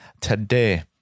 today